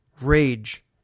rage